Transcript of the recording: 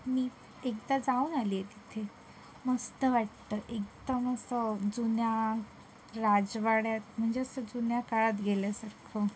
मी एकदा जाऊन आले आहे तिथे मस्त वाटतं एकदम असं जुन्या राजवाड्यात म्हणजे असं जुन्या काळात गेल्यासारखं